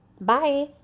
Bye